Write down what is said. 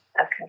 Okay